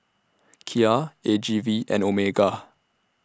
Kia A G V and Omega